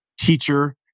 teacher